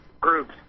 groups